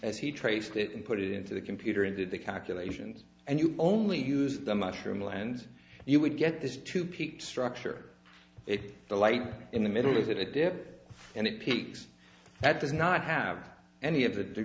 as he traced it and put it into the computer and did the calculations and you only use the mushroom land you would get this to peak structure if the light in the middle is it a dip and it peaks that does not have any of the